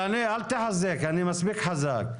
אל תחזק, אני מספיק חזק.